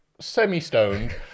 semi-stoned